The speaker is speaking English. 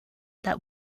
that